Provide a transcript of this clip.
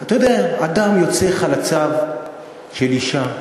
אתה יודע, אדם יוצא חלציה של אישה,